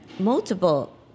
multiple